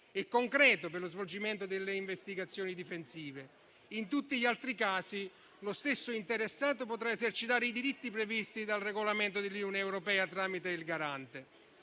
e concreto per lo svolgimento delle investigazioni difensive: in tutti gli altri casi, lo stesso interessato potrà esercitare i diritti previsti dal regolamento dell'Unione europea tramite il Garante.